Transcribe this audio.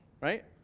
right